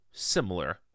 Similar